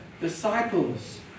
disciples